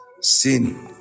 Sin